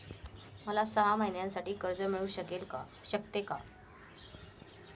मला सहा महिन्यांसाठी कर्ज मिळू शकते का?